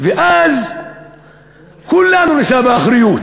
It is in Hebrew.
ואז כולנו נישא באחריות.